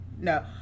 no